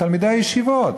את תלמידי הישיבות,